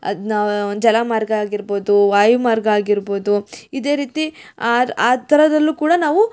ಅದನ್ನ ಜಲಮಾರ್ಗ ಆಗಿರ್ಬೋದು ವಾಯುಮಾರ್ಗ ಆಗಿರ್ಬೋದು ಇದೇ ರೀತಿ ಆರ ಆ ಥರದಲ್ಲು ಕೂಡ ನಾವು